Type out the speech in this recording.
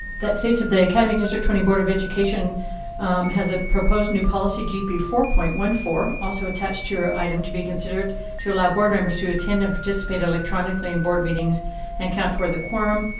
that states that the academy district twenty board of education has a proposed new policy, gp four point one four, also attached to your item, to be considered to allow board members to attend to participate electronically in board meetings and count toward the quorum,